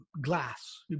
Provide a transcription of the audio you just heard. glass